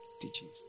teachings